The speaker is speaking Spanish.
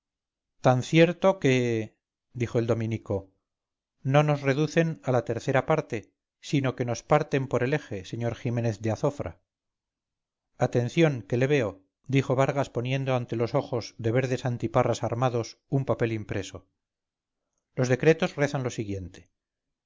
tan cierto que dijo el dominico no nos reducen a la tercera parte sino que nos parten por el eje sr ximénez de azofra atención que leo dijo vargas poniendo ante los ojos de verdes antiparras armados un papel impreso los decretos rezan lo siguiente